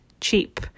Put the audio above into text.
cheap